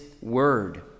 word